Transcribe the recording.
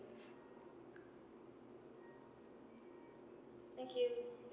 thank you